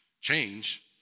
Change